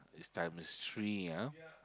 is times three ah